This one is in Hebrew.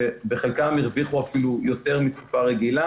שבחלקם הרוויחו אפילו יותר מתקופה רגיל,